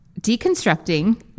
deconstructing